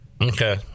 Okay